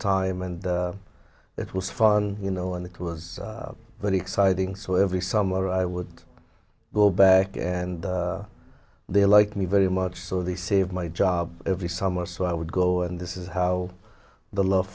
time and it was fun you know and it was that exciting so every summer i would go back and they like me very much so the save my job every summer so i would go and this is how the love